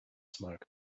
smoke